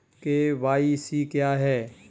KYC क्या है?